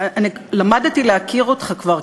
למדתי להכיר אותך כבר,